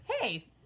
hey